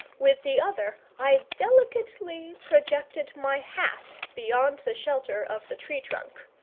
with the other i delicately projected my hat beyond the shelter of the tree-trunk.